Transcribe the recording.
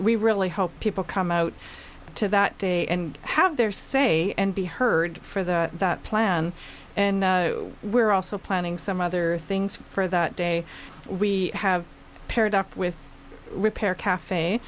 we really hope people come out to that day and have their say and be heard for the plan and we're also planning some other things for that day we have paired up with repair cafe